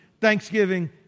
Thanksgiving